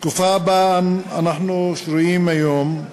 התקופה שבה אנחנו שרויים היום,